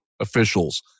officials